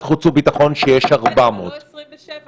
חוק הסמכת שירות הביטחון הכללי לסייע במאמץ הלאומי